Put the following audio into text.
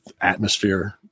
atmosphere